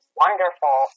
wonderful